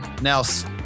Nels